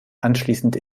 anschließend